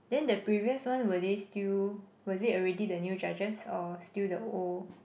then the previous one were they still was it already the new judges or still the old